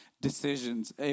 decisions